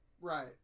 Right